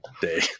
day